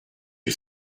you